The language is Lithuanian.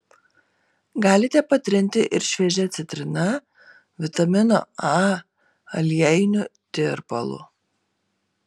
galite patrinti ir šviežia citrina vitamino a aliejiniu tirpalu